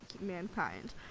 mankind